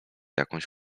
jakąś